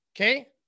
okay